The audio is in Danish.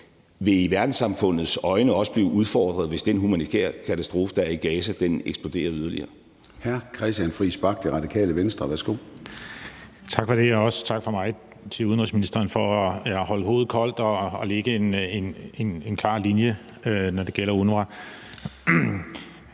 Gaza i verdenssamfundets øjne også vil blive udfordret, hvis den humanitære katastrofe, der er i Gaza, eksploderer yderligere.